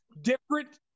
different